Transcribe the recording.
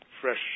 fresh